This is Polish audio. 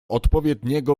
odpowiedniego